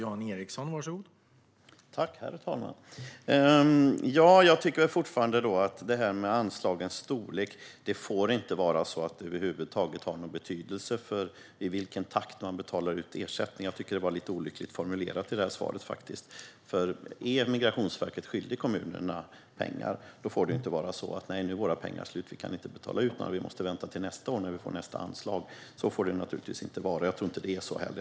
Herr talman! Anslagens storlek får inte över huvud taget ha någon betydelse för i vilken takt man betalar ut ersättning. Jag tycker att det var lite olyckligt formulerat i svaret. Är Migrationsverket skyldigt kommunerna pengar kan inte verket säga: Nej, nu är våra pengar slut - vi kan inte betala ut några pengar utan måste vänta till nästa år, då vi får nästa anslag. Så får det naturligtvis inte vara, och jag tror inte heller att det är så.